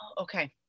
okay